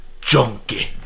junkie